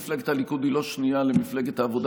מפלגת הליכוד היא לא שנייה למפלגת העבודה